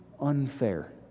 unfair